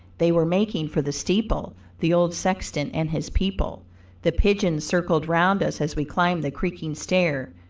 they were making for the steeple the old sexton and his people the pigeons circled round us as we climbed the creaking stair,